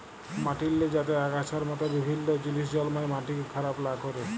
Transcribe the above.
মাটিল্লে যাতে আগাছার মত বিভিল্ল্য জিলিস জল্মায় মাটিকে খারাপ লা ক্যরে